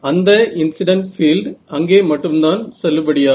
அந்த incident field அங்கே மட்டும்தான் செல்லுபடியாகும்